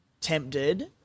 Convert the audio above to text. tempted